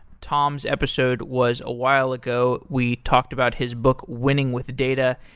tom's episode was a while ago. we talked about his book winning with data.